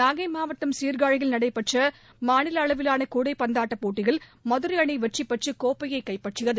நாகை மாவட்டம் சீர்காழியில் நடைபெற்ற மாநில அளவிலான கூடைப்பந்தாட்டம் போட்டியில் மதுரை அணி வெற்றிபெற்று கோப்பையை கைப்பற்றியது